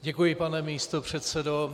Děkuji, pane místopředsedo.